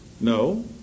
no